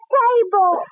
table